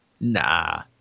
Nah